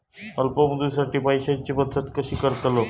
अल्प मुदतीसाठी पैशांची बचत कशी करतलव?